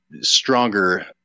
stronger